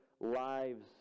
lives